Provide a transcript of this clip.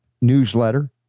newsletter